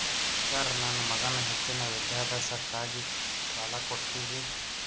Sir ನನ್ನ ಮಗನ ಹೆಚ್ಚಿನ ವಿದ್ಯಾಭ್ಯಾಸಕ್ಕಾಗಿ ಸಾಲ ಕೊಡ್ತಿರಿ?